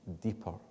deeper